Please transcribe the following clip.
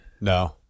No